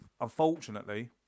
unfortunately